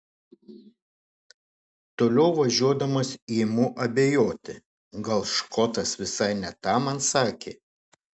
toliau važiuodamas imu abejoti gal škotas visai ne tą man sakė